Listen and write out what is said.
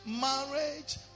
marriage